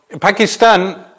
Pakistan